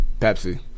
Pepsi